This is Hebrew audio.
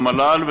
במל"ל,